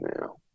now